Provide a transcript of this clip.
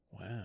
Wow